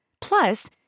Plus